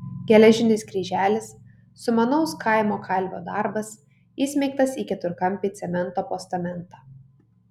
geležinis kryželis sumanaus kaimo kalvio darbas įsmeigtas į keturkampį cemento postamentą